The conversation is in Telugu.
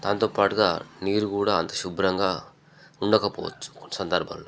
దాంతో పాటుగా నీరు కూడా అంత శుభ్రంగా ఉండకపోవచ్చు కొన్ని సందర్భాల్లో